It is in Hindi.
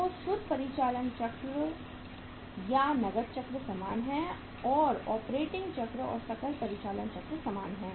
तो शुद्ध परिचालन चक्र या नकद चक्र समान है और ऑपरेटिंग चक्र या सकल परिचालन चक्र समान है